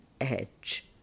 edge